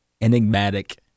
enigmatic